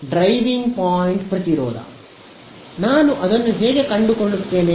driving point ಪ್ರತಿರೋಧ ನಾನು ಅದನ್ನು ಹೇಗೆ ಕಂಡುಕೊಳ್ಳುತ್ತೇನೆ